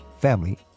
Family